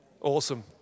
Awesome